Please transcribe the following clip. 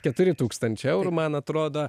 keturi tūkstančiai eurų man atrodo